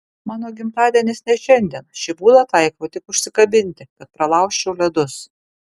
mano gimtadienis ne šiandien šį būdą taikau tik užsikabinti kad pralaužčiau ledus